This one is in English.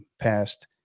passed